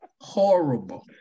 horrible